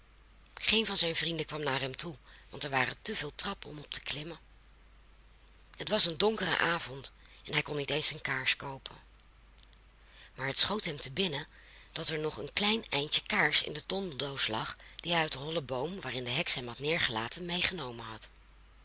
geen van zijn vrienden kwam naar hem toe want er waren te veel trappen op te klimmen het was een donkere avond en hij kon niet eens een kaars koopen maar het schoot hem te binnen dat er nog een klein eindje kaars in de tondeldoos lag die hij uit den hollen boom waarin de heks hem had neergelaten meegenomen had